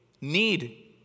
need